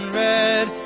red